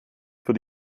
für